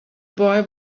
boy